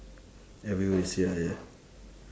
everywhere sell ya